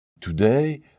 Today